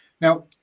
now